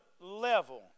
level